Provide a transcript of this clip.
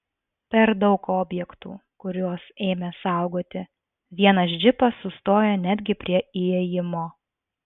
per daug objektų kuriuos ėmė saugoti vienas džipas sustojo netgi prie įėjimo